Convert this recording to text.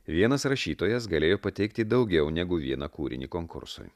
vienas rašytojas galėjo pateikti daugiau negu vieną kūrinį konkursui